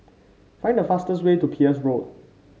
find the fastest way to Peirce Road